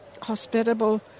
hospitable